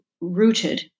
rooted